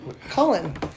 Colin